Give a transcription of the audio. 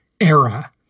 era